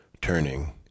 turning